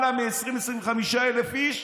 על המשפטים.